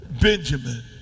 Benjamin